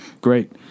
great